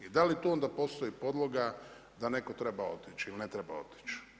I da li tu onda postoji podloga da netko treba otići ili ne treba otići?